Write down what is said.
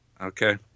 Okay